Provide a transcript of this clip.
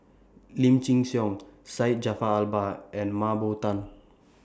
Lim Chin Siong Syed Jaafar Albar and Mah Bow Tan